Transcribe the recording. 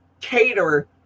cater